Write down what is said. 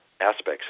aspects